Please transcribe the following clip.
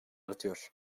artıyor